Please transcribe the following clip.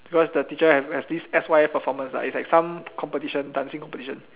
cause the teacher has this has this S_Y_F performance is like some competition dancing competition